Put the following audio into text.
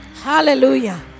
Hallelujah